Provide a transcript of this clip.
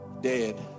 dead